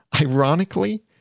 Ironically